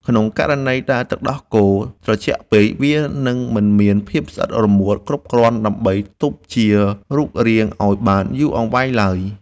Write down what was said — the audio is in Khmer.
ក្នុងករណីដែលទឹកដោះគោត្រជាក់ពេក វានឹងមិនមានភាពស្អិតរមួតគ្រប់គ្រាន់ដើម្បីទប់ជារូបរាងឱ្យបានយូរអង្វែងឡើយ។